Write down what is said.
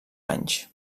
anys